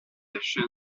version